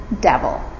devil